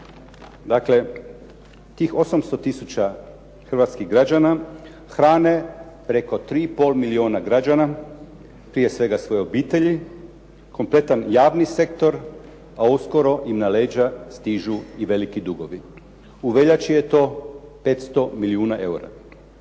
Dakle tih 800 tisuća hrvatskih građana hrane preko 3 i pol milijuna građana, prije svega svoje obitelji, kompletan javni sektor, a uskoro i na leđa stižu i veliki dugovi. U veljači je to 500 milijuna eura.